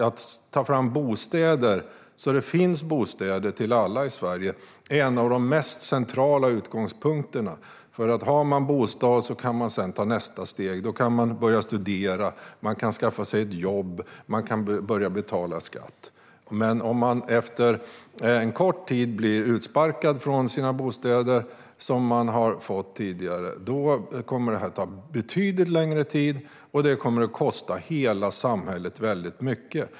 Att ta fram bostäder så att det finns bostäder till alla i Sverige är en av de mest centrala utgångspunkterna. Om man har bostad kan man sedan ta nästa steg. Då kan man börja studera, jobba och betala skatt. Men om man efter en kort tid blir utsparkad från den bostad man har fått tidigare kommer denna integration att ta betydligt längre tid, och det kommer att kosta hela samhället mycket.